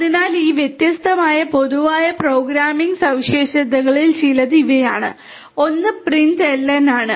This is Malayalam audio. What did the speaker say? അതിനാൽ ഈ വ്യത്യസ്തമായ പൊതുവായ പ്രോഗ്രാമിംഗ് സവിശേഷതകളിൽ ചിലത് ഇവയാണ് ഒന്ന് ഈ println ആണ്